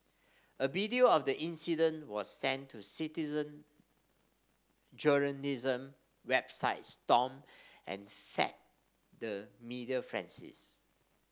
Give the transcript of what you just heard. a video of the incident was sent to citizen journalism website Stomp and fed the media